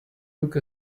took